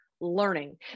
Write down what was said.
learning